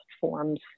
forms